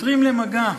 חותרים למגע.